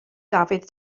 dafydd